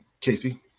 Casey